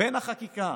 לחקיקה